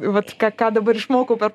vat ką ką dabar išmokau per